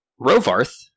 Rovarth